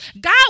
God